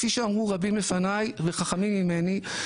כפי שאמרו רבים לפניי וחכמים ממני,